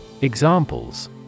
Examples